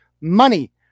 Money